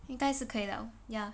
应该是可以了 ya